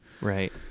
Right